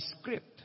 script